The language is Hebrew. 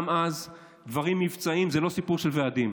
גם אז דברים מבצעיים זה לא סיפור של ועדים.